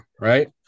right